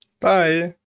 Bye